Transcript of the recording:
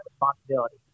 responsibility